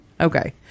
Okay